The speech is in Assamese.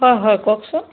হয় হয় কওকচোন